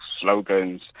slogans